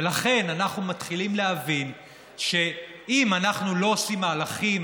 ולכן אנחנו מתחילים להבין שאם אנחנו לא עושים מהלכים